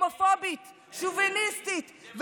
הומופובית, שוביניסטית.